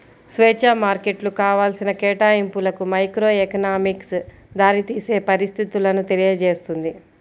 స్వేచ్ఛా మార్కెట్లు కావాల్సిన కేటాయింపులకు మైక్రోఎకనామిక్స్ దారితీసే పరిస్థితులను తెలియజేస్తుంది